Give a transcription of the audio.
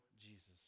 Jesus